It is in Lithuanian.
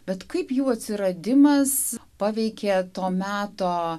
bet kaip jų atsiradimas paveikė to meto